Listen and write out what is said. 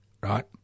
right